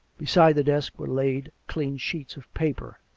beside the desk were laid clean sheets of paper,